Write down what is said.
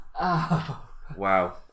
Wow